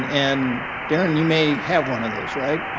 and darren, you may have one of those, right?